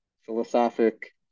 philosophic